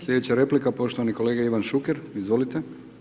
Slijedeća replika poštovani kolega Ivan Šuker, izvolite.